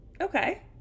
Okay